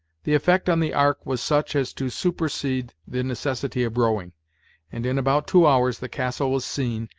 the effect on the ark was such as to supersede the necessity of rowing and in about two hours the castle was seen,